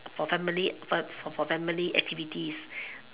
for family for for family activities